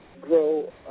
grow